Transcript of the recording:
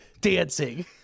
dancing